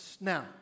Now